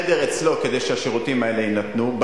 חדר אצלו כדי שהשירותים האלה יינתנו,